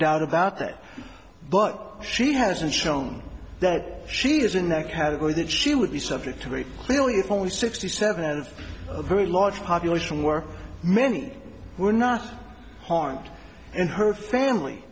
doubt about it but she hasn't shown that she is in that category that she would be subject to very clearly if only sixty seven out of a very large population where many were not harmed and her family